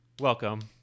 welcome